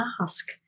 ask